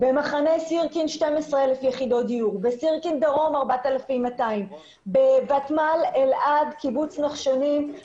5,000 הדונם האלה נלקחו בשנים האחרונות לטובת משימה לאומית